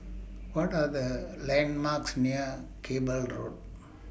What Are The landmarks near Cable Road